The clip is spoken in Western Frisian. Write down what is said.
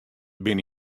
binne